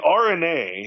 RNA